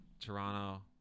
Toronto